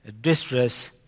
distress